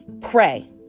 pray